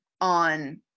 on